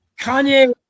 Kanye